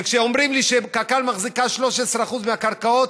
וכשאומרים לי שקק"ל מחזיקה 13% מהקרקעות,